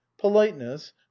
politeness